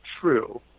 true